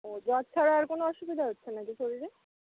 ও জ্বর ছাড়া আর কোন অসুবিধা হচ্ছে না কি শরীরে